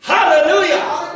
Hallelujah